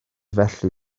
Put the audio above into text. felly